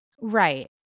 Right